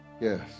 Yes